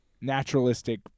naturalistic